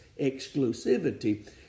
exclusivity